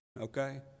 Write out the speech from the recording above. okay